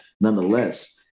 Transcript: nonetheless